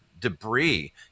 debris